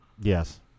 Yes